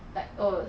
like oh